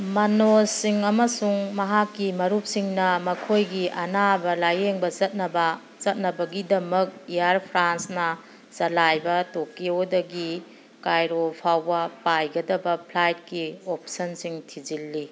ꯃꯅꯣꯖ ꯁꯤꯡ ꯑꯃꯁꯨꯡ ꯃꯍꯥꯛꯀꯤ ꯃꯔꯨꯞꯁꯤꯡꯅ ꯃꯈꯣꯏꯒꯤ ꯑꯅꯥꯕ ꯂꯥꯏꯌꯦꯡꯕ ꯆꯠꯅꯕ ꯆꯠꯅꯕꯒꯤꯗꯃꯛ ꯏꯌꯥꯔ ꯐ꯭ꯔꯥꯟꯁꯅ ꯆꯂꯥꯏꯕ ꯇꯣꯀꯤꯌꯣꯗꯒꯤ ꯀꯥꯏꯔꯣ ꯐꯥꯎꯕ ꯄꯥꯏꯒꯗꯕ ꯐ꯭ꯂꯥꯏꯠꯀꯤ ꯑꯣꯞꯁꯟꯁꯤꯡ ꯊꯤꯖꯤꯜꯂꯤ